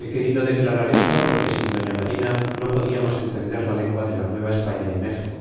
he querido declarar esto porque sin doña marina no podíamos entender la lengua de la nueva españa y méxico